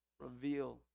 Reveal